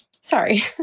Sorry